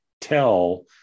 tell